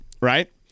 right